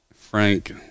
Frank